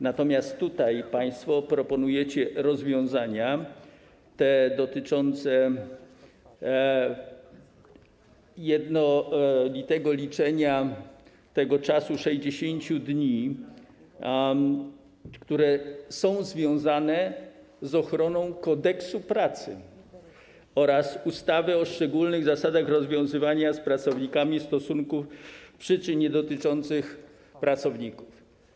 Natomiast tutaj państwo proponujecie rozwiązania dotyczące jednolitego liczenia czasu, 60 dni, co jest związane z ochroną wynikającą z Kodeksu pracy oraz ustawy o szczególnych zasadach rozwiązywania z pracownikami stosunków pracy z przyczyn niedotyczących pracowników.